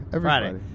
Friday